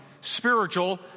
spiritual